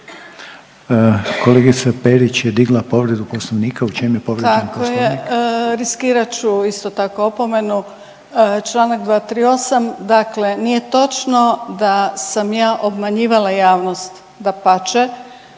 Kolegica Perić je digla povredu Poslovnika. U čem je povrijeđen Poslovnik? **Perić, Grozdana (HDZ)** Tako je, riskirat ću isto tako opomenu članak 238. Dakle nije točno da sam ja obmanjivala javnost, dapače.